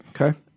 Okay